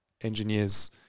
engineers